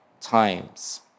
times